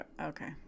Okay